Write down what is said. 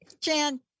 Jan